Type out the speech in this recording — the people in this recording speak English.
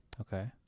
okay